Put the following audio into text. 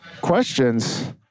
questions